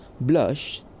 blush